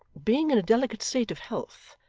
being in a delicate state of health,